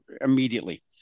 immediately